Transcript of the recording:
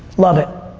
love it.